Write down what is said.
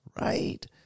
right